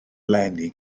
eleni